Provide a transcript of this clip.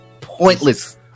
pointless